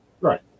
Right